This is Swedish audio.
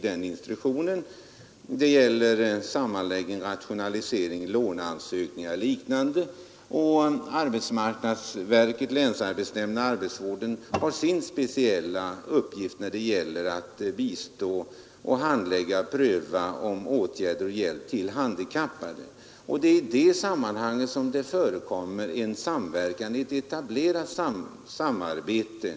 Det gäller sammanläggning, rationalisering, låneansökningar o. d. Arbetsmarknadsverket, länsarbetsnämnderna och arbetsvården har sin speciella uppgift när det gäller handläggningen och prövningen av åtgärder till hjälp åt handikappade. Det är i detta sammanhang som det förekommer ett etablerat samarbete mellan lantbruksnämnd och länsarbetsnämnd.